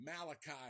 Malachi